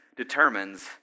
determines